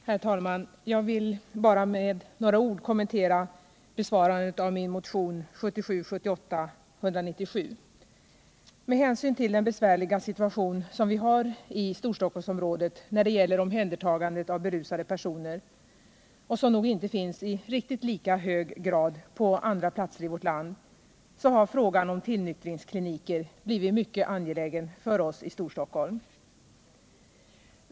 Herr talman! Jag vill bara med några ord kommentera besvarandet av min motion 1977/78:197. Med hänsyn till den besvärliga situation som vi har i Storstockholmsområdet när det gäller omhändertagandet av berusade personer, och som nog inte är riktigt lika svår på andra platser i vårt land, har frågan om tillnyktringskliniker blivit mycket angelägen för oss i Storstockholm.